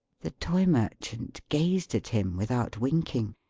the toy merchant gazed at him, without winking.